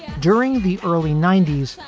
during the early ninety s,